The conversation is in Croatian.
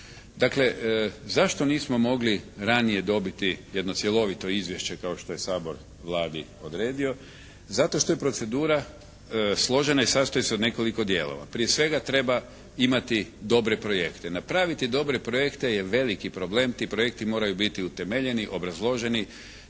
Dakle, zašto nismo mogli ranije dobiti jedno cjelovito izvješće kao što je Sabor Vladi odredio? Zato što je procedura složena i sastoji se od nekoliko dijelova. Prije svega treba imati dobre projekte. Napraviti dobre projekte je veliki problem. Ti projekti moraju biti utemeljeni, obrazloženi.